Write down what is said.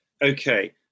Okay